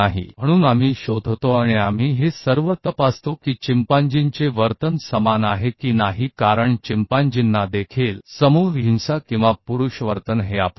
तो हम पाते हैं और हम इन सभी जांचों को देखते हैं कि क्या चिम्पांजी ने समान वेब है क्योंकि चिंपांजी मे भी समूह हिंसा या पुरुष व्यवहार के समान व्यवहार होता है